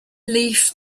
leafed